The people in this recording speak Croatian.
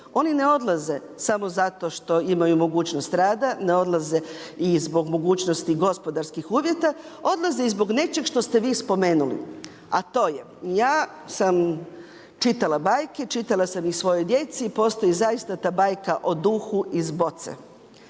Oni ne odlaze samo zato što imaju mogućnost rada, ne odlaze iz bog mogućnosti gospodarskih uvjeta, odlaze i zbog nečeg što ste vi spomenuli. A to je, ja sam čitala bajke, pitala sam ih svojoj djeci, postoji zaista ta bajka o duhu iz boce.